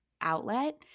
outlet